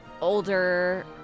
older